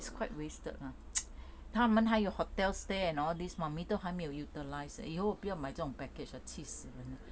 it's quite wasted lah 他们还有 hotel stay and all this mummy 都还没 utilise !aiyo! 不要买这种 package 了气死人